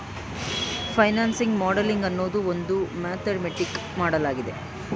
financing modelling ಅನ್ನೋದು ಒಂದು mathematical ಮಾಡಲಾಗಿದೆ